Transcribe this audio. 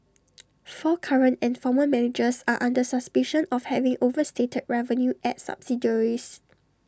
four current and former managers are under suspicion of having overstated revenue at subsidiaries